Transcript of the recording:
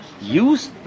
use